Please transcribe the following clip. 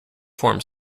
form